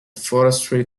forestry